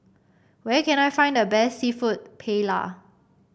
where can I find the best seafood Paella